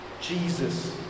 Jesus